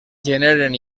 generen